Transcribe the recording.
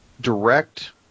direct